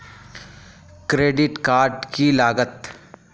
Credit card की लागत?